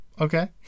okay